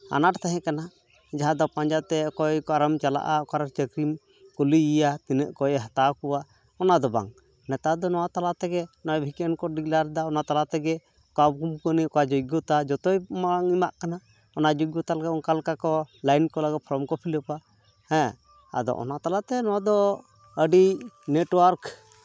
ᱟᱱᱟᱴ ᱛᱟᱦᱮᱸ ᱠᱟᱱᱟ ᱡᱟᱦᱟᱸ ᱫᱚ ᱯᱟᱸᱡᱟᱛᱮ ᱚᱠᱚᱭ ᱚᱠᱟᱨᱮᱢ ᱪᱟᱞᱟᱜᱼᱟ ᱚᱠᱟᱨᱮ ᱪᱟᱹᱠᱨᱤᱢ ᱠᱩᱞᱤᱭᱮᱭᱟ ᱛᱤᱱᱟᱹᱜ ᱚᱠᱚᱭᱮ ᱦᱟᱛᱟᱣ ᱠᱚᱣᱟ ᱚᱱᱟᱫᱚ ᱵᱟᱝ ᱱᱮᱛᱟᱨ ᱫᱚ ᱱᱚᱣᱟ ᱛᱟᱞᱟ ᱛᱮᱜᱮ ᱱᱚᱜᱼᱚᱭ ᱵᱷᱮᱠᱮᱱᱴ ᱠᱚ ᱰᱤᱜᱽᱞᱟᱨᱫᱟ ᱚᱱᱟ ᱛᱟᱞᱟ ᱛᱮᱜᱮ ᱚᱠᱟ ᱠᱚ ᱠᱚᱢᱯᱟᱱᱤ ᱱᱤᱭᱮ ᱚᱠᱟ ᱡᱳᱜᱽᱜᱚᱛᱟ ᱡᱚᱛᱚᱭ ᱢᱟᱲᱟᱝ ᱮᱢᱟᱜ ᱠᱟᱱᱟ ᱚᱱᱟ ᱡᱚᱜᱽᱜᱚᱛᱟ ᱞᱮᱠᱟᱠᱚ ᱚᱱᱠᱟ ᱞᱮᱠᱟᱠᱚ ᱞᱟᱹᱭᱤᱱ ᱠᱚᱨᱮᱜ ᱯᱷᱨᱚᱢ ᱠᱚ ᱯᱷᱤᱞᱟᱯᱟ ᱦᱮᱸ ᱚᱱᱟ ᱛᱟᱞᱟᱛᱮ ᱱᱚᱣᱟᱫᱚ ᱟᱹᱰᱤ ᱱᱮᱴᱼᱳᱟᱨᱠ